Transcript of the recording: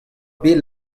bet